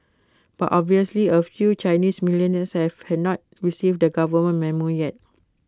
but obviously A few Chinese millionaires have have not receive the government Memo yet